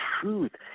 truth